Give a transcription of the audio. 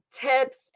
tips